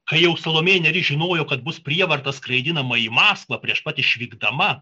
kai jau salomėja nėris žinojo kad bus prievarta skraidinama į maskvą prieš pat išvykdama